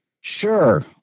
Sure